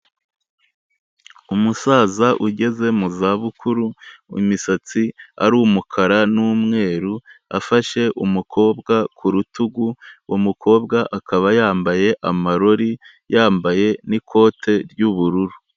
Umusaza ugeze mu zabukuru imisatsi ari umukara n'umweru, afashe umukobwa ku rutugu, umukobwa akaba yambaye amarori, yambaye n'ikote ry'ubururu.